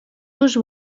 los